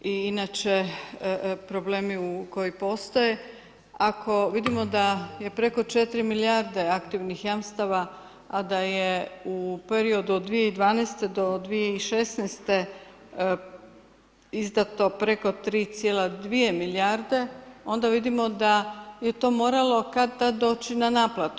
Inače problemi koji postoje, ako vidimo da je preko 4 milijarde aktivnih jamstava, a da je u periodu od 2012. do 2016. izdato preko 3,2 milijarde, onda vidimo da je to moralo kad-tad doći na naplatu.